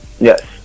Yes